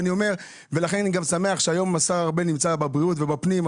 אני גם שמח שהיום השר ארבל נמצא בבריאות ובפנים,